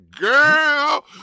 Girl